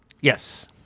Yes